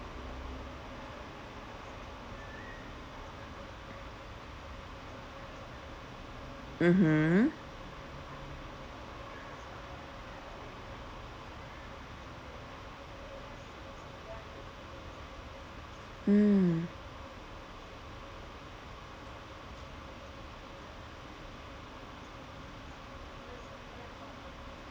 mmhmm mm